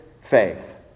faith